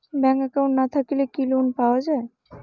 Bank account না থাকিলে কি লোন পাওয়া য়ায়?